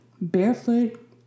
Barefoot